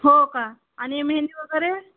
हो का आणि मेहेंदी वगैरे